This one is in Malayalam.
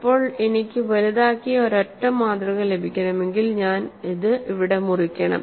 ഇപ്പോൾ എനിക്ക് വലുതാക്കിയ ഒരൊറ്റ മാതൃക ലഭിക്കണമെങ്കിൽ ഞാൻ അത് ഇവിടെ മുറിക്കണം